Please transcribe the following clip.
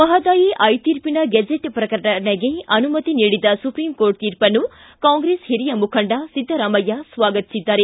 ಮಹದಾಯಿ ಐತೀರ್ಪಿನ ಗೆಜೆಟ್ ಗ್ರಕಟಣೆಗೆ ಆನುಮತಿ ನೀಡಿದ ಸುಪ್ರೀಂಕೋರ್ಟ್ ತೀರ್ಪನ್ನು ಕಾಂಗ್ರೆಸ್ ಹಿರಿಯ ಮುಖಂಡ ಸಿದ್ದರಾಮಯ್ಯ ಸ್ವಾಗತಿಸಿದ್ದಾರೆ